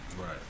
right